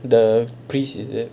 the priest is it